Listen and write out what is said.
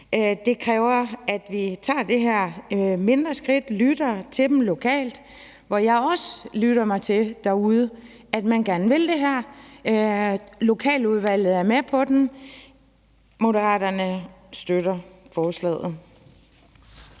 det kræver, at vi tager det her mindre skridt og lytter til dem lokalt, hvor jeg derude også lytter mig til, at man gerne vil det her, lokaludvalget er med på det, og Moderaterne støtter forslaget.